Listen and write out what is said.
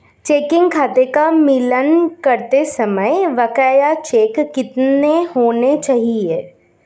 Checking खाते का मिलान करते समय बकाया चेक कितने होने चाहिए?